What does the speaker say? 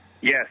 Yes